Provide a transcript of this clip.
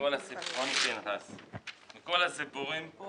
מכל הסיפורים פה